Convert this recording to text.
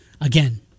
again